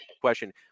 question